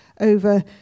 over